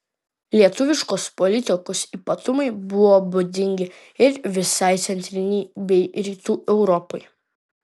lietuviškos politikos ypatumai buvo būdingi ir visai centrinei bei rytų europai